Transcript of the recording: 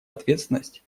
ответственность